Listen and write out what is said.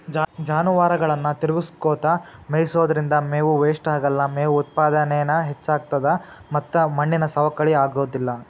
ಜಾನುವಾರುಗಳನ್ನ ತಿರಗಸ್ಕೊತ ಮೇಯಿಸೋದ್ರಿಂದ ಮೇವು ವೇಷ್ಟಾಗಲ್ಲ, ಮೇವು ಉತ್ಪಾದನೇನು ಹೆಚ್ಚಾಗ್ತತದ ಮತ್ತ ಮಣ್ಣಿನ ಸವಕಳಿ ಆಗೋದಿಲ್ಲ